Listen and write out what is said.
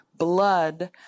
blood